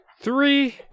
Three